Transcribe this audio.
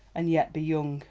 and yet be young.